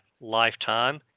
lifetime